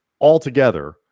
altogether